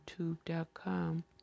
youtube.com